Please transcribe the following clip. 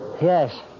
Yes